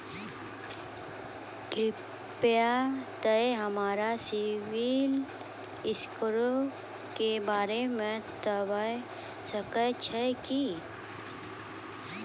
कृपया तोंय हमरा सिविल स्कोरो के बारे मे बताबै सकै छहो कि?